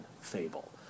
fable